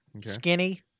Skinny